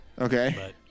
okay